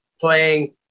playing